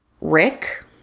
Rick